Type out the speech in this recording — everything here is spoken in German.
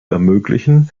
ermöglichen